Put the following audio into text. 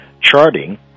charting